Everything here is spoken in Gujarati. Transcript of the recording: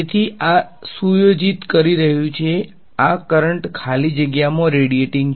તેથી આ સુયોજિત કરી રહ્યું છે આ કરંટ ખાલી જગ્યામાં રેડીયેટીંગ છે